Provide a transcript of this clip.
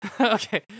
Okay